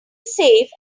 safe